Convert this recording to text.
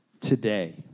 today